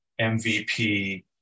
MVP